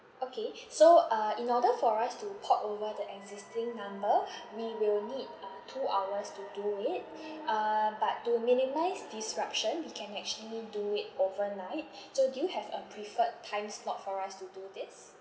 okay so uh in order for us to port over the existing number we will need uh two hours to do it uh but to minimise disruption we can actually do it overnight so do you have a preferred time slot for us to do this